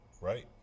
Right